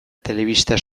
telebista